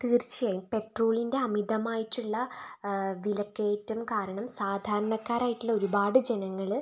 തീർച്ചയായും പെട്രോളിൻ്റെ അമിതമായിട്ടുള്ള വിലക്കയറ്റം കാരണം സാധാരണക്കാരായിട്ടുള്ള ഒരുപാടു ജനങ്ങള്